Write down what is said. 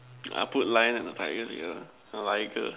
I put lion and a tiger together liger